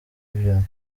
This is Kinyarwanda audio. vianney